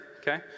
okay